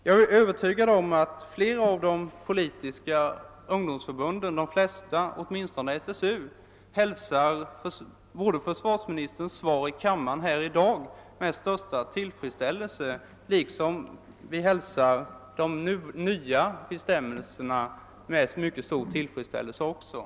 Jag är övertygad om att de flesta av de politiska ungdomsförbunden — åtminstonr SSU — hälsar försvarsministerns anförande i dag i denna kammare med den största tillfredsställelse liksom också de nya bestämmelserna på detta område.